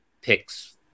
picks